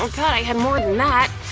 um thought i had more than that.